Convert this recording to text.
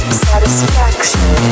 satisfaction